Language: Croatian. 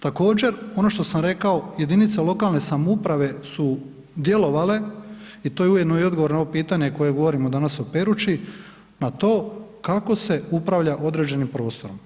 Također ono što sam rekao, jedinice lokalne samouprave su djelovale i to je ujedno i odgovor na ovo pitanje koje govorimo danas o Peruči na to kako se upravlja određenim prostorom.